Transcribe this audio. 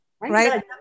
Right